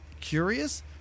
curious